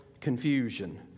confusion